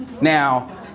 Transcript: Now